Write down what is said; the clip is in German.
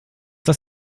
das